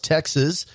Texas